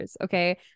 okay